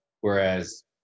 Whereas